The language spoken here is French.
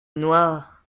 noir